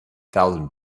thousand